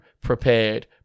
prepared